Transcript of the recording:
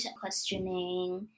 questioning